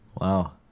Wow